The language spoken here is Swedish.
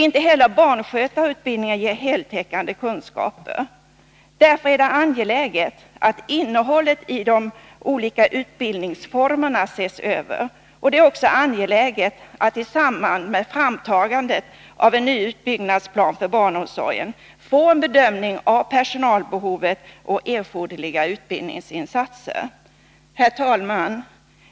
Inte heller barnskötarutbildningen ger heltäckande kunskaper. Därför är det angeläget att innehållet i de olika utbildningsformerna ses över. Det är också angeläget att i samband med framtagandet av en ny utbyggnadsplan för barnomsorgen få en bedömning av personalbehovet och erforderliga utbildningsinsatser. Herr talman!